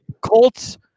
Colts